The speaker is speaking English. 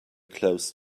close